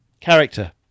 Character